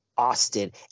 austin